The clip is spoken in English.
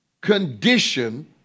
condition